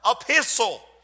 epistle